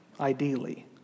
ideally